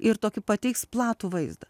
ir tokį pateiks platų vaizdą